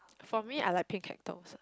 for me I like pink cactus ah